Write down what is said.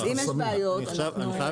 אז אם יש בעיות אנחנו,